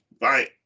Bye